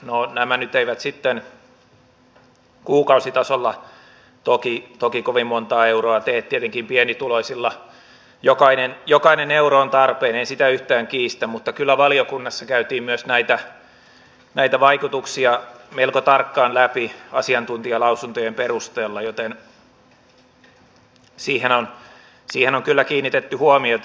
no nämä nyt eivät sitten kuukausitasolla toki kovin montaa euroa tee tietenkin pienituloisilla jokainen euro on tarpeen en sitä yhtään kiistä mutta kyllä valiokunnassa käytiin myös näitä vaikutuksia melko tarkkaan läpi asiantuntijalausuntojen perusteella joten siihen on kyllä kiinnitetty huomiota